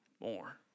more